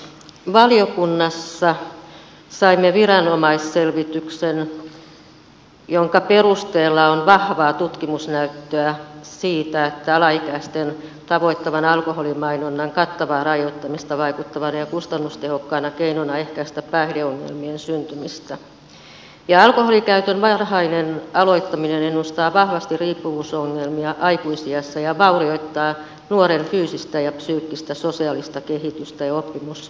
valiokunnassa saimme viranomaisselvityksen jonka perusteella on vahvaa tutkimusnäyttöä siitä että alaikäiset tavoittavan alkoholimainonnan kattava rajoittaminen on vaikuttava ja kustannustehokas keino ehkäistä päihdeongelmien syntymistä ja alkoholinkäytön varhainen aloittaminen ennustaa vahvasti riippuvuusongelmia aikuisiässä ja vaurioittaa nuoren fyysistä psyykkistä ja sosiaalista kehitystä ja oppimiskykyä